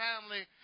family